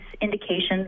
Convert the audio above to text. indications